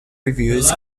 reviews